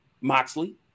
Moxley